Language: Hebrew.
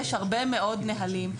יש הרבה מאוד נהלים.